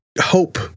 hope